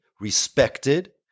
respected